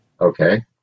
okay